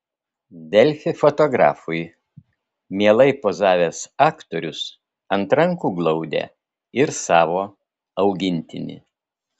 delfi fotografui mielai pozavęs aktorius ant rankų glaudė ir savo augintinį